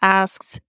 asks